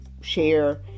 share